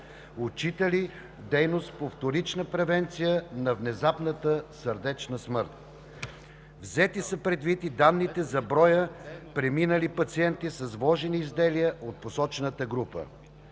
отчитали дейност по вторична превенция на внезапната сърдечна смърт. Взети са предвид и данните за броя преминали пациенти с вложени изделия от посочената група.